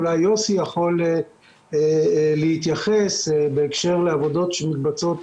אולי יוסי יכול להתייחס בהקשר לעבודות שמתבצעות